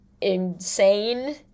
insane